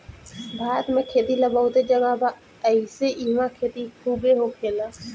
भारत में खेती ला बहुते जगह बा एहिसे इहवा खेती खुबे होखेला